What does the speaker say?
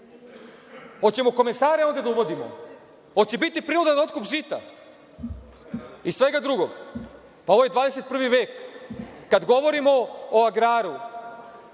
Hoćemo komesare ovde da uvodimo? Hoće biti prirodan otkup žita i svega drugog? Ovo je 21. vek. Kada govorimo o agraru,